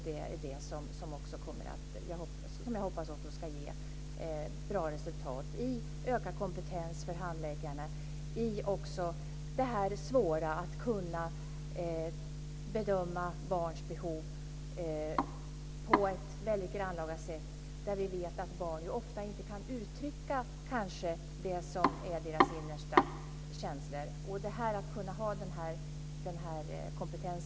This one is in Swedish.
Det är också det som jag hoppas kommer att ge bra resultat i ökad kompetens för handläggarna när det gäller detta svåra - att kunna bedöma barns behov på ett grannlaga sätt. Vi vet ju att barn ofta kanske inte kan uttrycka det som är deras innersta känslor. Det är oerhört centralt att man har denna kompetens.